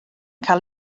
cael